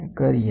5